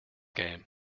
game